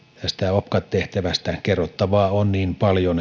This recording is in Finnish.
opcat tehtävästä kerrottavaa on niin paljon